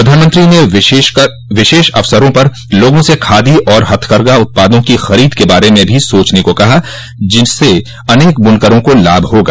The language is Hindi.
प्रधानमंत्री ने विशेष अवसरों पर लोगों से खादी और हथकरघा उत्पादों की खरीद के बारे में भी सोचने को कहा जिससे अनेक ब्नकरों को लाभ होगा